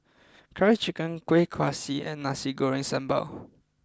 Curry Chicken Kueh Kaswi and Nasi Goreng Sambal